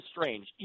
strange